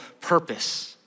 purpose